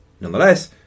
Nonetheless